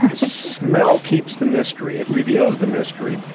smell keeps the mystery. it reveals the mystery,